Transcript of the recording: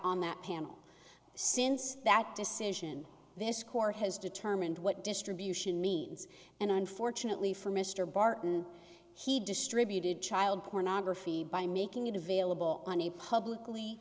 on that panel since that decision this court has determined what distribution means and unfortunately for mr barton he distributed child pornography by making it available on a publicly